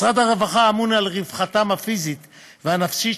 משרד הרווחה אמון על רווחתן הפיזית והנפשית